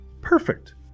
perfect